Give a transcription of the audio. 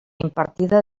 impartida